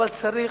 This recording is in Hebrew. אבל צריך,